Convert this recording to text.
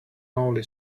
only